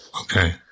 Okay